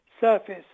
surface